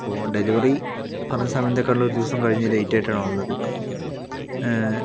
അപ്പൊൾ ഡെലിവറി പറഞ്ഞ സമയത്തേക്കാളും ഒരു ദിവസം കഴിഞ്ഞ് ലേറ്റ് ആയിട്ടാണ് വന്നത്